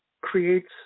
creates